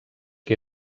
que